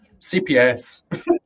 CPS